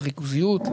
לריכוזיות.